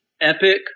epic